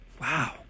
Wow